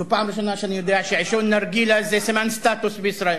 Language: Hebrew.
זו הפעם הראשונה שאני יודע שעישון נרגילה זה סימן סטטוס בישראל.